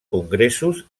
congressos